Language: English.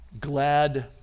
glad